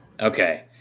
Okay